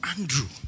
Andrew